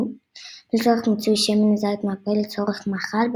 לצורך מיצוי שמן הזית מהפרי לצורך מאכל,